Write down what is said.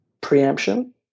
preemption